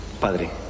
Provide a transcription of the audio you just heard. Padre